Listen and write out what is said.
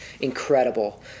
incredible